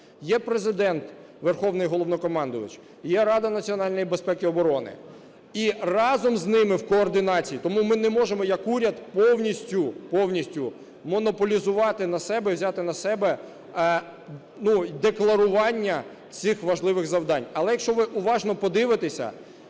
Є Президент – Верховний Головнокомандувач, є Рада національної безпеки і оборони – і разом з ними в координації. Тому ми не можемо як уряд повністю, повністю монополізувати на себе, взяти на себе, ну, декларування цих важливих завдань. Але якщо ви уважно подивитися,